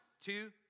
two